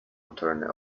attorney